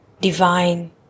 divine